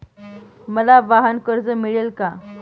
मला वाहनकर्ज मिळेल का?